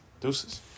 Deuces